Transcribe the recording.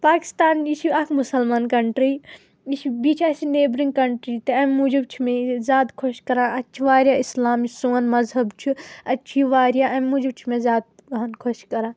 پاکستان یہِ چھُ اَکھ مُسلمان کنٹرٛی یہِ چھُ بیٚیہِ چھُ اسہِ یہِ نیبرنٛگ کنٹرٛی تہِ امہِ موجوب چھُ مےٚ یہِ زیادٕ خۄش کران اتہِ چھ وارِیاہ اسلام یُس سون مذہب چھُ اتہِ چھُ یہِ واریاہ امہِ موجوب چھُ مےٚ زیادٕ پَہم خۄش کَران